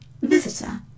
visitor